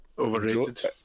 Overrated